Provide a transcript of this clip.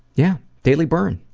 yeah daily burn,